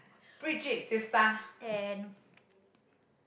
and